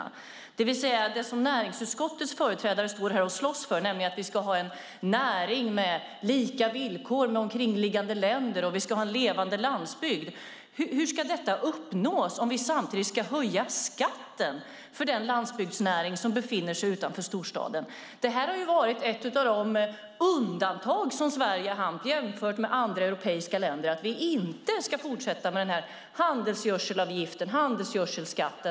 Hur ska vi uppnå det som näringsutskottets företrädare slåss för, nämligen att vi ska ha en näring med lika villkor som omkringliggande länder och en levande landsbygd, om vi ska höja skatten för den landsbygdsnäring som finns utanför storstaden? Detta har varit ett av de undantag som Sverige har haft jämfört med andra europeiska länder, alltså att vi inte ska fortsätta med denna handelsgödselavgift, handelsgödselskatt.